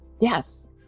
Yes